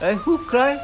eh who cry